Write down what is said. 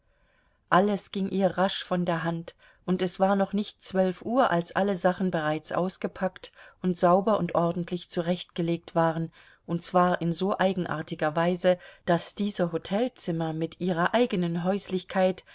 alles ging ihr rasch von der hand und es war noch nicht zwölf uhr als alle sachen bereits ausgepackt und sauber und ordentlich zurechtgelegt waren und zwar in so eigenartiger weise daß diese hotelzimmer mit ihrer eigenen häuslichkeit